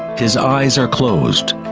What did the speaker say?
his eyes are closed.